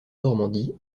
normandie